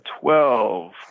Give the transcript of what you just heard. Twelve